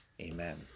Amen